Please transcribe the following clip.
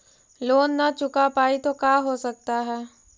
Loan न चुका पाई तो का हो सकता है?